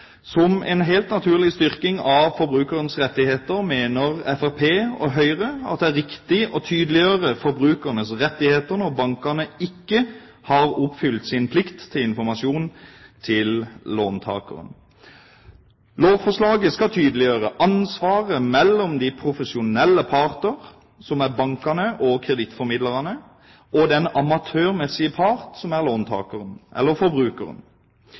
Som en helt naturlig styrking av forbrukernes rettigheter mener Fremskrittspartiet og Høyre at det er riktig å tydeliggjøre forbrukernes rettigheter når bankene ikke har oppfylt sin plikt til informasjon til låntakeren. Lovforslaget skal tydeliggjøre ansvaret mellom de profesjonelle parter, som er bankene og kredittformidlerne, og den amatørmessige part, som er låntakeren, eller forbrukeren.